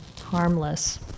harmless